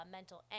mental